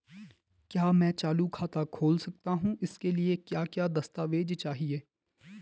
क्या मैं चालू खाता खोल सकता हूँ इसके लिए क्या क्या दस्तावेज़ चाहिए?